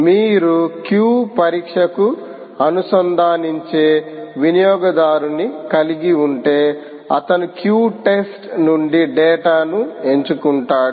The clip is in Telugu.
మీరు క్యూ పరీక్షకు అనుసంధానించే వినియోగదారుని కలిగి ఉంటే అతను క్యూ టెస్ట్ నుండి డేటా ను ఎంచుకుంటాడు